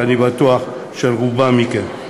ואני בטוח ששל רבים מכם.